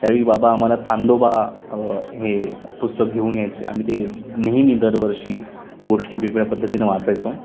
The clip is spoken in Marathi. त्यावेळी बाबा आम्हाला चांदोबा हे पुस्तक घेऊन यायचे आम्ही ते नेहमी दरवर्षी गोष्टी वेगवेळ्या पद्धतीनं वाचायचो